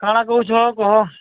କାଣା କହୁଛ କୁହ